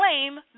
claim